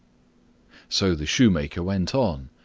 so the shoemaker went on.